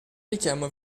richiamo